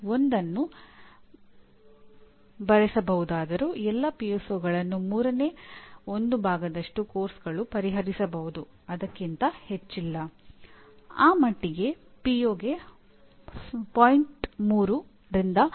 ಆದ್ದರಿಂದ ಯೋಜಿಸುವುದು ಕೆಲಸ ಮಾಡುವುದು ಪರಿಶೀಲಿಸುವುದು ಮತ್ತು ಕಾರ್ಯನಿರ್ವಹಿಸುವುದು ಮೂಲ ಗುಣಮಟ್ಟದ ಲೂಪ್ ಆಗಿದೆ